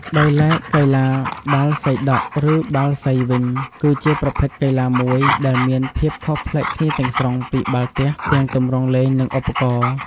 ដោយឡែក កីឡាបាល់សីដក់ ឬបាល់សីវិញ គឺជាប្រភេទកីឡាមួយដែលមានភាពខុសប្លែកគ្នាទាំងស្រុងពីបាល់ទះទាំងទម្រង់លេងនិងឧបករណ៍។